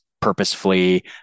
purposefully